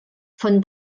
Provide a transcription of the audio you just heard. von